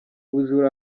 bujura